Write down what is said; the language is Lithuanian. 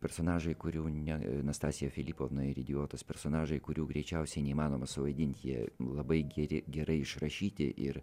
personažai kurių ne nastasija filipovna ir idiotas personažai kurių greičiausiai neįmanoma suvaidinti jie labai geri gerai išrašyti ir